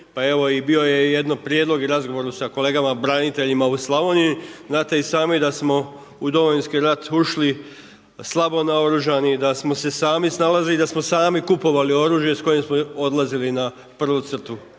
bio je jednom prijedlog i razgovor sa kolegama braniteljima u Slavoniji. Znate i sami da smo u Domovinski rat ušli slabo naoružani, da smo se sami snalazili i da smo sami kupovali oružje s kojim smo odlazili na prvu crtu